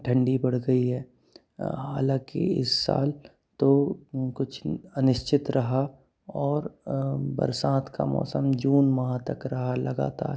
ठण्डी बढ़ गई है हालाँकि इस साल तो कुछ अनिश्चित रहा और बरसात का मौसम जून माह तक रहा लगातार